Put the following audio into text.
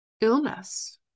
illness